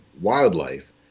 wildlife